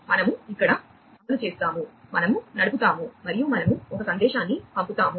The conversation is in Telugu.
మనము ఇక్కడ అమలు చేస్తాము మనము నడుపుతాము మరియు మనము ఒక సందేశాన్ని పంపుతాము